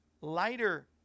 lighter